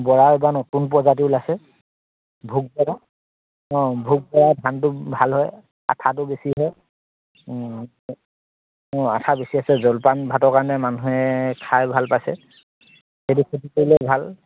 বৰা বা নতুন প্ৰজাতি ওলাইছে ভোগ বৰা অঁ ভোগ বৰা ধানটো ভাল হয় আঠাটো বেছি হয় অঁ আঠা বেছি আছে জলপান ভাতৰ কাৰণে মানুহে খাই ভাল পাইছে সেইটো খেতি কৰিলে ভাল